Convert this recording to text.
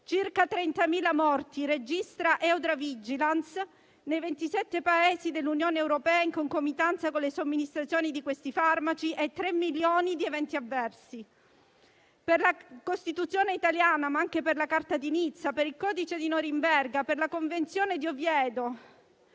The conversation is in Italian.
circa 30.000 morti nei 27 Paesi dell'Unione europea in concomitanza con le somministrazioni di questi farmaci e 3 milioni di eventi avversi. Per la Costituzione italiana, ma anche per la Carta di Nizza, per il codice di Norimberga e la Convenzione di Oviedo